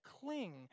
cling